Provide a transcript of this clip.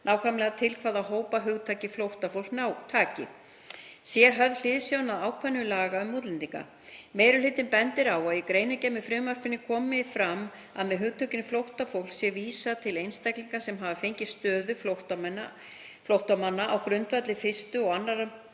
nákvæmlega til hvaða hópa hugtakið flóttafólk taki, sé höfð hliðsjón af ákvæðum laga um útlendinga. Meiri hlutinn bendir á að í greinargerð með frumvarpinu komi fram að með hugtakinu flóttafólk sé vísað til einstaklinga sem hafi fengið stöðu flóttamanna á grundvelli 1. eða 2. mgr. 37.